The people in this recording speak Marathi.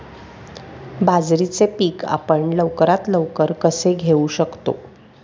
बाजरीचे पीक आपण लवकरात लवकर कसे घेऊ शकतो?